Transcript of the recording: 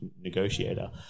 Negotiator